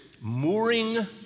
mooring